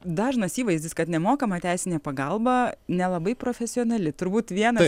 dažnas įvaizdis kad nemokama teisinė pagalba nelabai profesionali turbūt vienas